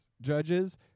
judges